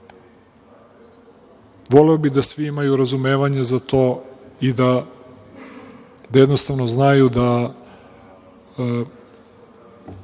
bih da svi imaju razumevanje za to i da jednostavno znaju da